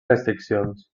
restriccions